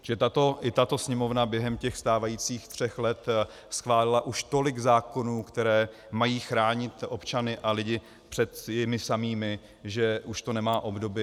Že i tato Sněmovna během stávajících tří let schválila už tolik zákonů, které mají chránit občany a lidi před nimi samými, že už to nemá obdoby.